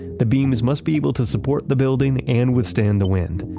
the beams must be able to support the building and withstand the wind.